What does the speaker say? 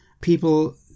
people